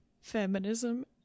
feminism